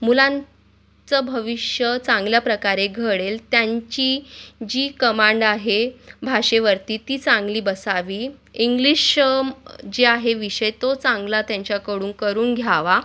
मुलांचं भविष्य चांगल्या प्रकारे घडेल त्यांची जी कमांड आहे भाषेवरती ती चांगली बसावी इंग्लिशम् जे आहे विषय तो चांगला त्यांच्याकडून करून घ्यावा